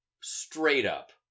straight-up